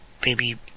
baby